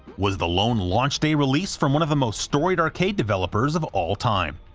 was the lone launch day release from one of the most storied arcade developers of all time.